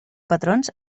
patrons